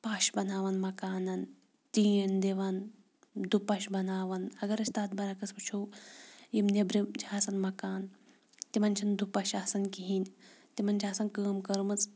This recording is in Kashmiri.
پَش بَناوان مَکانَن ٹیٖن دِوان دُپَش بَناوان اگر أسۍ تَتھ برعکس وٕچھو یِم نیٚبرِم چھِ آسان مکان تِمَن چھِنہٕ دُپَش آسان کِہیٖنۍ تِمَن چھِ آسان کٲم کٔرمٕژ